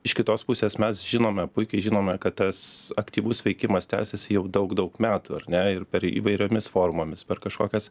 iš kitos pusės mes žinome puikiai žinome kad tas aktyvus veikimas tęsiasi jau daug daug metų ar ne ir per įvairiomis formomis per kažkokias